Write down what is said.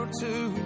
two